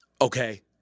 Okay